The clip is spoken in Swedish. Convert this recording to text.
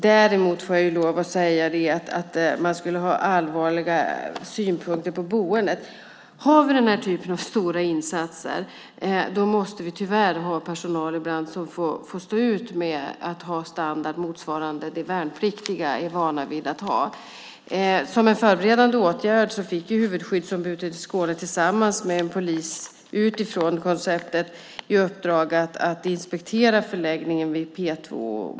Däremot vill jag, beträffande allvarliga synpunkter på boendet, säga att om vi har den typen av stora insatser måste vi också ha personal som ibland får stå ut med att ha en standard motsvarande den som värnpliktiga är vana vid att ha. Som en förberedande åtgärd fick huvudskyddsombudet i Skåne tillsammans med en polis utifrån i uppdrag att inspektera förläggningen vid P 2.